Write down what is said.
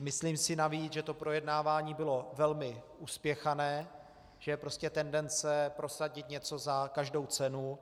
Myslím si navíc, že to projednávání bylo velmi uspěchané, že je prostě tendence prosadit něco za každou cenu.